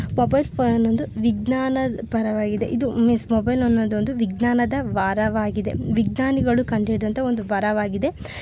mobile ಫೋನೊಂದು ವಿಜ್ಞಾನ ಪರವಾಗಿದೆ ಇದು ಮೀನ್ಸ್ ಮೊಬೈಲ್ ಅನ್ನೋದೊಂದು ವಿಜ್ಞಾನದ ವರವಾಗಿದೆ ವಿಜ್ಞಾನಿಗಳು ಕಂಡು ಹಿಡಿದಂಥ ಒಂದು ವರವಾಗಿದೆ